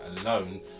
alone